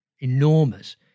enormous